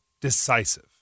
Decisive